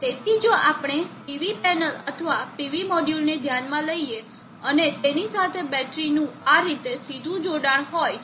તેથી જો આપણે PV પેનલ અથવા PV મોડ્યુલને ધ્યાનમાં લઈએ અને તેની સાથે બેટરીનું આ રીતે સીધું જોડાણ હોય છે